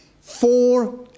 four